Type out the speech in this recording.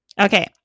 Okay